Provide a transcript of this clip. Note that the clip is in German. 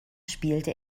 spielte